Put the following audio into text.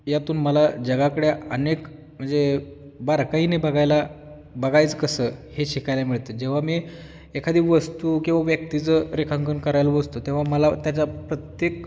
यातून मला जगाकडं अनेक म्हणजे बारकाईने बघायला बघायच कसं हे शिकायला मिळतं जेव्हा मी एखादी वस्तू किंवा व्यक्तीचं रेखांकन करायला बसतो तेव्हा मला त्याचा प्रत्येक